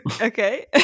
Okay